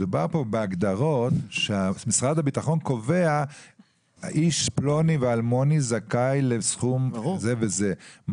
מדובר בהגדרות שמשרד הביטחון קובע איש פלוני ואלמוני זכאי לסכום זה וזה,